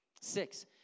Six